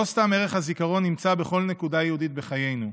לא סתם ערך הזיכרון נמצא בכל נקודה יהודית בחיינו,